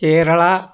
Kerala